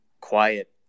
quiet